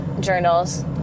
journals